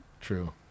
true